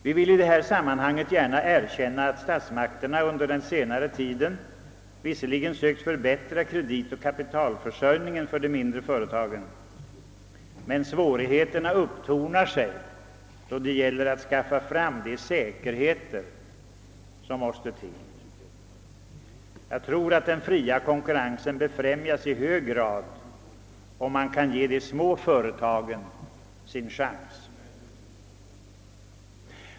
Vi vill i detta sammanhang gärna erkänna att statsmakterna under senare tid visserligen försökt förbättra kreditoch kapitalförsörjningen för de mindre företagen, men svårigheterna upptornar sig när det gäller att skaffa de säkerheter som måste till. Jag tror att den fria konkurrensen i hög grad befrämjas om man kan ge de små företagen en chans.